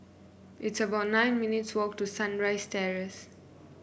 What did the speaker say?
it's about nine minutes' walk to Sunrise Terrace